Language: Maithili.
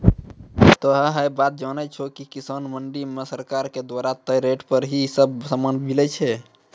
तोहों है बात जानै छो कि किसान मंडी मॅ सरकार के द्वारा तय रेट पर ही सब सामान मिलै छै